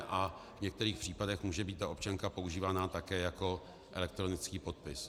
A v některých případech může být ta občanka používaná také jako elektronický podpis.